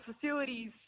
facilities